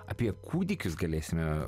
apie kūdikius galėsime